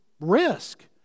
risk